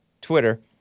Twitter